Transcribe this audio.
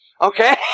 Okay